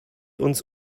uns